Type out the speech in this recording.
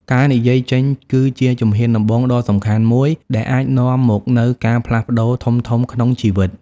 ការនិយាយចេញគឺជាជំហានដំបូងដ៏សំខាន់មួយដែលអាចនាំមកនូវការផ្លាស់ប្ដូរធំៗក្នុងជីវិត។